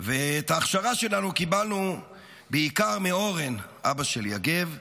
ואת ההכשרה שלנו קיבלנו בעיקר מאורן אבא של יגב,